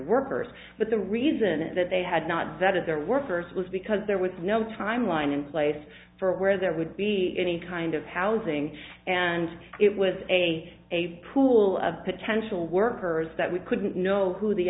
workers but the reason is that they had not vetted their workers was because there was no timeline in place for where there would be any kind of housing and it was a a pool of potential workers that we couldn't know who the